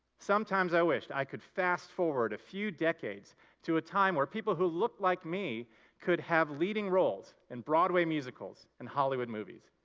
sometimes i wished i could fast forward a few decades to a time where people who look like me could have leading roles in broadway musicals and hollywood movies.